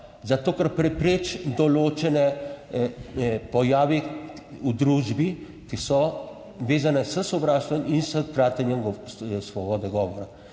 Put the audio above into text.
Zato, ker prepreči določene pojave v družbi, ki so vezane s sovraštvom in s kratenjem svobode govora.